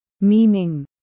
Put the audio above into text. meaning